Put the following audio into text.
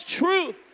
truth